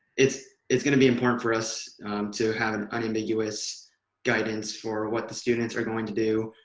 it's it's gonna be important for us to have an unambiguous guidance for what the students are going to do.